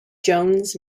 jones